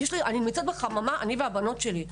אני והבנות שלי נמצאות בחממה.